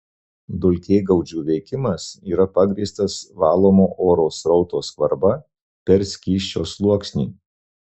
dulkėgaudžių veikimas yra pagrįstas valomo oro srauto skvarba per skysčio sluoksnį